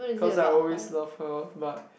cause I always love her but